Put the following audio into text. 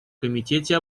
комитете